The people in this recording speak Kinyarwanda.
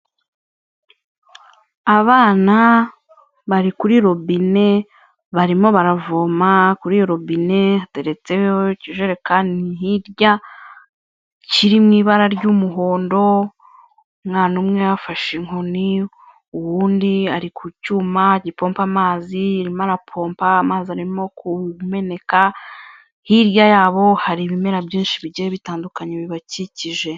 Abana bari kuri robine barimo baravoma kuri robine, hateretse ikijerekani hirya kiri mu ibara ry'umuhondo, umwana umwe afashe inkoni, uwundi ari ku cyuma gipompa amazi, arimo arapompa, amazi arimo kumeneka, hirya yabo hari ibimera byinshi bigiye bitandukanye bibakikije.